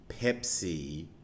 Pepsi